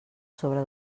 sobre